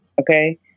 okay